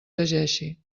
llegeixi